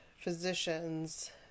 physicians